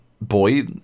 boy